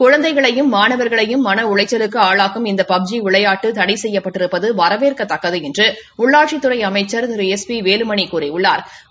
குழந்தைகளையும் மாணவர்களையும் மன உளைச்சலுக்கு ஆளாக்கும் இந்த பப்ஜி விளையாட்டு தடை செய்யப்பட்டிருப்பது வரவேற்கத்தக்கது என்று உள்ளாட்சித்துறை அமைச்சா் திரு எஸ் பி வேலுமணி கூறியுள்ளாா்